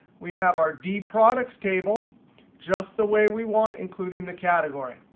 we have our d products table just the way we want, including the category.